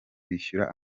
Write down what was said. bishyura